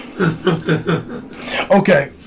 Okay